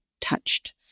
touched